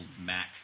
Mac